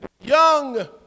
young